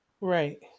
right